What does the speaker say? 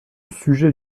sujet